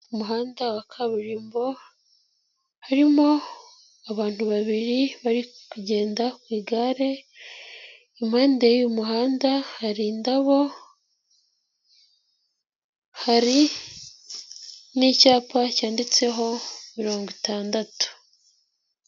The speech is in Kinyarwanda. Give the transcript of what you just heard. Umuhanda wa kaburimbo harimo abantu babiri bari kugenda ku igare, impande y'uwo muhanda hari indabo, hari n'icyapa cyanditseho 60.